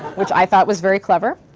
which i thought was very clever.